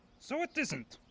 so it isn't.